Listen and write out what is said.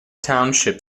township